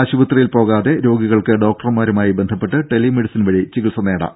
ആശുപത്രിയിൽ പോകാതെ രോഗികൾക്ക് ഡോക്ടർമാരുമായി ബന്ധപ്പെട്ട് ടെലി മെഡിസിൻ വഴി ചികിത്സ തേടാം